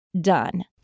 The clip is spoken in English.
done